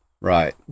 Right